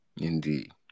Indeed